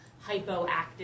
hypoactive